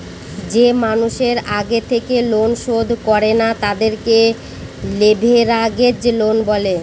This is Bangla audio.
যে মানুষের আগে থেকে লোন শোধ করে না, তাদেরকে লেভেরাগেজ লোন বলে